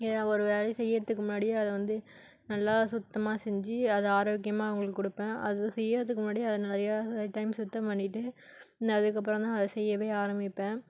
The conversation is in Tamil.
இதான் ஒரு வேலையை செய்யிறதுக்கு முன்னாடி அதை வந்து நல்லா சுத்தமாக செஞ்சு அதை ஆரோக்கியமாக அவங்களுக்கு கொடுப்பேன் அது செய்யிறதுக்கு முன்னாடி அதை நிறையா டைம் சுத்தம் பண்ணிவிட்டு அதுக்கப்புறம் தான் அது செய்யவே ஆரமிப்பேன்